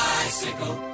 Bicycle